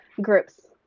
Groups